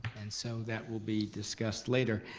and so that will be discussed later.